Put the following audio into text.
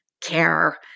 care